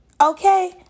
Okay